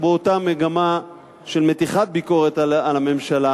באותה מגמה של מתיחת ביקורת על הממשלה,